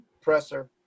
presser